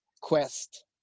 quest